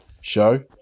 show